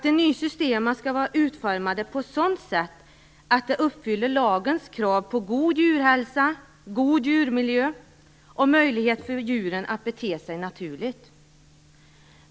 De nya systemen skall vara utformade på ett sådant sätt att de uppfyller lagens krav på god djurhälsa, god djurmiljö och möjlighet för djuren att bete sig naturligt.